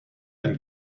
and